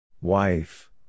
Wife